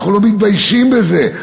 אנחנו לא מתביישים בזה.